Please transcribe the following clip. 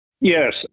Yes